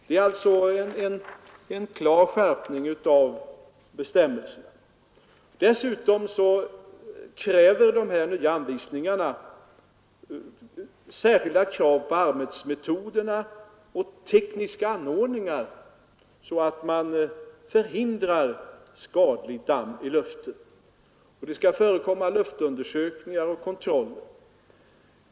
Dessutom ställs det i de nya anvisningarna särskilda krav på arbetsmetoderna och på tekniska anordningar för att förhindra skadligt damm i luften. Det skall också förekomma luftundersökningar och kontroll.